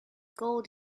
gold